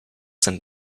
sent